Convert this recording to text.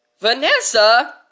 Vanessa